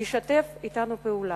ישתף אתנו פעולה,